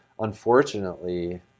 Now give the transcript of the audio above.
Unfortunately